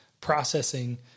processing